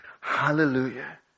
Hallelujah